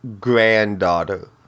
granddaughter